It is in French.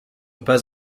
pas